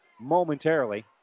momentarily